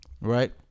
Right